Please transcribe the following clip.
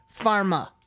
pharma